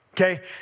Okay